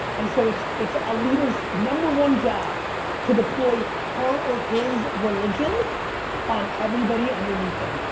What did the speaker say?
and so it's it's a leaders number one job to deploy her or his religion on everybody underneath them.